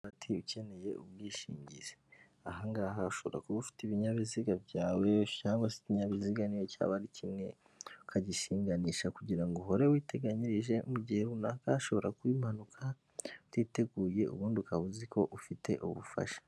Bati ukeneye ubwishingizi? Aha ngaha ushobora kuba ufite ibinyabiziga byawe cyangwa ikinyabiziga n'iyo cyaba ari kimwe, ukagishinganisha kugira ngo uhore witeganyirije mu gihe runaka hashobora kuba impanuka utiteguye, ubundi ukaba uzi ko ufite ubufasha.